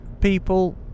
people